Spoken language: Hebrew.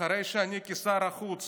אחרי שאני כשר החוץ